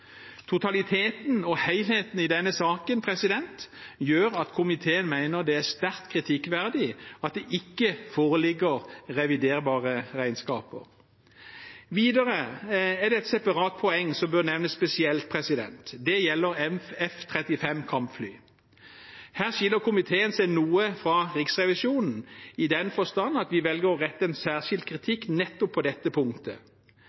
Totaliteten og helheten i denne saken gjør at komiteen mener det er sterkt kritikkverdig at det ikke foreligger reviderbare regnskaper. Videre er det et separat poeng som bør nevnes spesielt. Det gjelder F-35 kampfly. Her skiller komiteen seg noe fra Riksrevisjonen, i den forstand at vi velger å rette en særskilt kritikk nettopp på dette punktet.